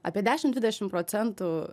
apie dešim dvidešim procentų